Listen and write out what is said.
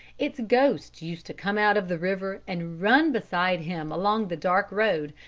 its ghost used to come out of the river and run beside him along the dark road,